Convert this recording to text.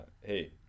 Hey